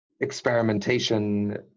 experimentation